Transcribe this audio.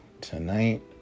tonight